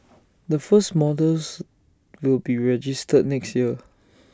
the first models will be registered next year